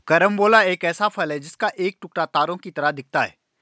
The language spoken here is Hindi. कैरम्बोला एक ऐसा फल है जिसका एक टुकड़ा तारों की तरह दिखता है